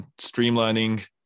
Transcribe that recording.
streamlining